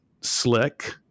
slick